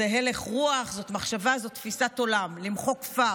זה הלך רוח, זאת מחשבה, זאת תפיסת עולם למחוק כפר.